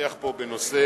שהתפתח פה בנושא,